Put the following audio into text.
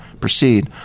proceed